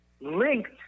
linked